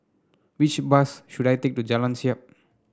which bus should I take to Jalan Siap